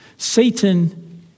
Satan